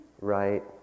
right